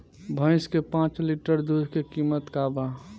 भईस के पांच लीटर दुध के कीमत का बा?